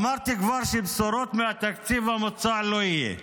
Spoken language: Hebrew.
אמרתי כבר שבשורות מהתקציב המוצע לא יהיו,